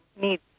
need